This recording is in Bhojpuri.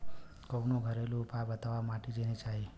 कवनो घरेलू उपाय बताया माटी चिन्हे के?